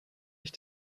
ich